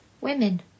Women